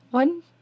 One